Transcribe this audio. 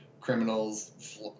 criminals